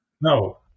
no